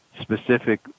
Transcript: specific